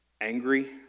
angry